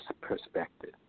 perspective